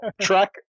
Track